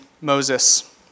Moses